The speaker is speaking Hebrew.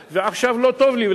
ועכשיו לא טוב לי,